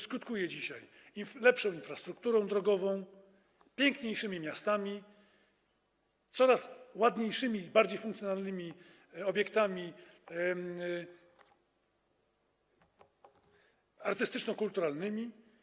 Skutkuje on dzisiaj lepszą infrastrukturą drogową, piękniejszymi miastami, coraz ładniejszymi i bardziej funkcjonalnymi obiektami artystyczno-kulturalnymi.